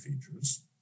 features